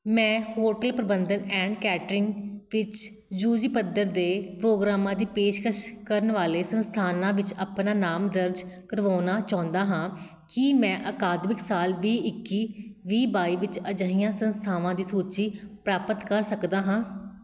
ਮੈਂ ਹੋਟਲ ਪ੍ਰਬੰਧਨ and catering ਵਿੱਚ ਯੂ ਜੀ ਪੱਧਰ ਦੇ ਪ੍ਰੋਗਰਾਮਾਂ ਦੀ ਪੇਸ਼ਕਸ਼ ਕਰਨ ਵਾਲੇ ਸੰਸਥਾਨਾਂ ਵਿੱਚ ਆਪਣਾ ਨਾਮ ਦਰਜ ਕਰਵਾਉਣਾ ਚਾਹੁੰਦਾ ਹਾਂ ਕੀ ਮੈਂ ਅਕਾਦਮਿਕ ਸਾਲ ਵੀਹ ਇੱਕੀ ਵੀਹ ਬਾਈ ਵਿੱਚ ਅਜਿਹੀਆਂ ਸੰਸਥਾਵਾਂ ਦੀ ਸੂਚੀ ਪ੍ਰਾਪਤ ਕਰ ਸਕਦਾ ਹਾਂ